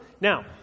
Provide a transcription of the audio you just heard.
Now